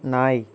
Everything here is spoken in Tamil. நாய்